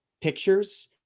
pictures